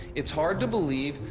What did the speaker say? it's hard to believe,